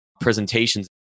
presentations